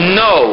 no